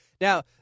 Now